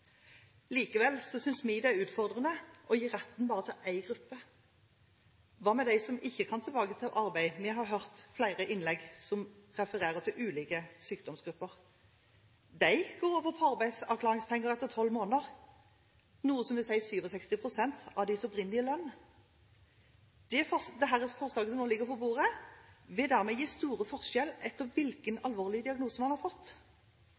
Likevel synes vi det er utfordrende å gi retten bare til én gruppe. Hva med dem som ikke kan gå tilbake til arbeid – vi har hørt flere innlegg der det refereres til ulike sykdomsgrupper. De går jo over på arbeidsavklaringspenger etter 12 måneder, noe som vil si 67 pst. av deres opprinnelige lønn. Dette forslaget som nå ligger på bordet, vil dermed gi store forskjeller – etter hvilken alvorlig diagnose man har fått.